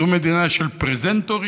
זו מדינה של פרזנטורים,